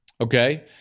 Okay